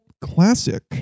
classic